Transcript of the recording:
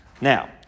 Now